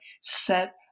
set